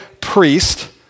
priest